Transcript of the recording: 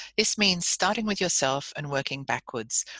this means starting with yourself and working backwards,